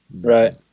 right